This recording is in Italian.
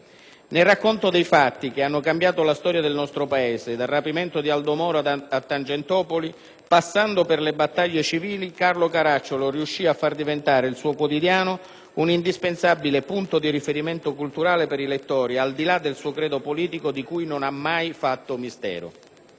Nel racconto dei fatti che hanno cambiato la storia del nostro Paese, dal rapimento di Aldo Moro a Tangentopoli, passando per le battaglie civili, Carlo Caracciolo riuscì a far diventare il suo quotidiano un indispensabile punto di riferimento culturale per i lettori, al di là del suo credo politico di cui non ha mai fatto mistero.